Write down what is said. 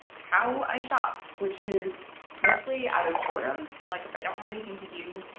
how i shop, which is mostly out of boredom. like if i don't have anything to do,